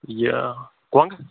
یہِ کۄنٛگ